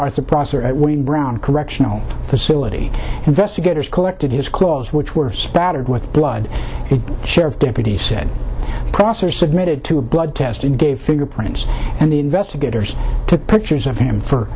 process brown correctional facility investigators collected his claws which were spattered with blood it sheriff deputy said prosser submitted to a blood test and gave fingerprints and investigators took pictures of him for